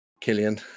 Killian